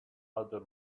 other